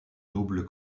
double